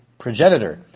progenitor